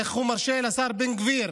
איך הוא מרשה לשר בן גביר